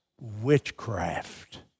witchcraft